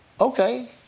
okay